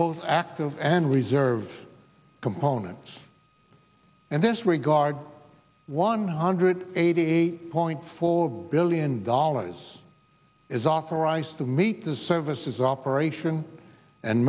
both active and reserve components and this regard one hundred eighty eight point four billion dollars is authorized to meet the services operation and